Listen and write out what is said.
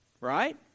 Right